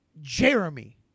Jeremy